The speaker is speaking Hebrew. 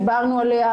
דיברנו עליה,